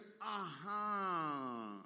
aha